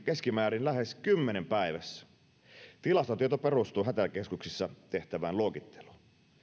keskimäärin lähes kymmenen päivässä tilastotieto perustuu hätäkeskuksissa tehtävään luokitteluun